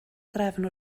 drefn